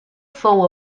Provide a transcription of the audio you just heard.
fou